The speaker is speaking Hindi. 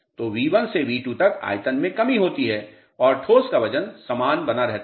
तो V1 से V2 तक आयतन में कमी होती है और ठोस का वजन समान बना रहता है